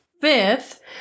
fifth